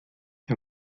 ein